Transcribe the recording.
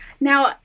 Now